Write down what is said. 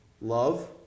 love